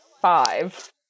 five